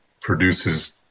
produces